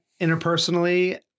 interpersonally